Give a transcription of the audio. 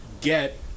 get